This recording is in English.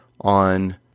on